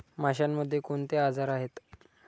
माशांमध्ये कोणते आजार आहेत?